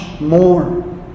more